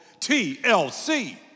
TLC